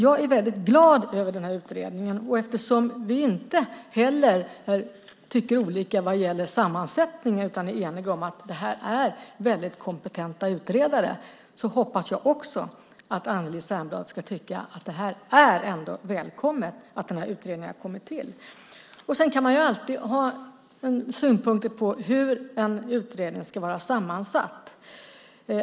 Jag är väldigt glad över den här utredningen. Eftersom vi inte tycker olika när det gäller sammansättningen utan är eniga om att det är väldigt kompetenta utredare hoppas jag att Anneli Särnblad ska tycka att det är välkommet att utredningen har kommit till. Man kan ju alltid ha synpunkter på hur en utredning ska vara sammansatt.